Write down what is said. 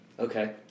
Okay